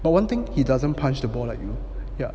but one thing he doesn't punch the ball like you know yeah